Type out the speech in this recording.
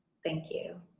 thank you.